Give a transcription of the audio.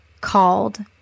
called